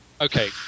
Okay